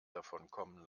davonkommen